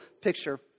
picture